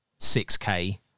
6K